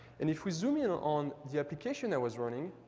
and if we zoom in on the application i was running,